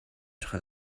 байхыг